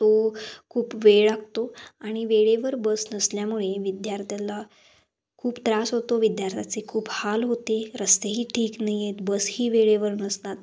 तो खूप वेळ लागतो आणि वेळेवर बस नसल्यामुळे विद्यार्थ्यांला खूप त्रास होतो विद्यार्थ्याचे खूप हाल होते रस्तेही ठीक नाही आहेत बसही वेळेवर नसतात